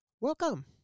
Welcome